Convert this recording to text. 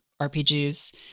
RPGs